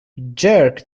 jerk